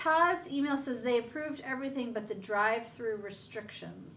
targets email says they approved everything but the drive thru restriction